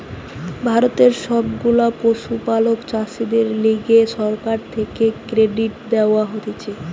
ভারতের সব গুলা পশুপালক চাষীদের লিগে সরকার থেকে ক্রেডিট দেওয়া হতিছে